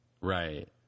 Right